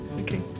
Okay